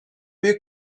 büyük